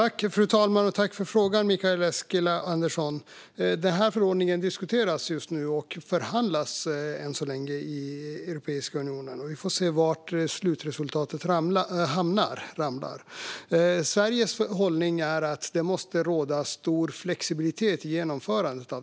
Fru talman! Jag tackar för frågan från Mikael Eskilandersson. Förordningen diskuteras just nu och förhandlas än så länge i Europiska unionen. Vi får se var slutresultat hamnar. Sveriges hållning är att det måste råda stor flexibilitet i genomförandet.